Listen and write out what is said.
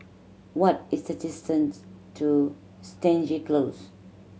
what is the distance to Stangee Close